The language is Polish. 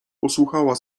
posłuchała